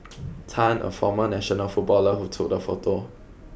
Tan a former national footballer who took the photo